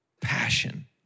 Passion